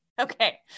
okay